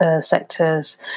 sectors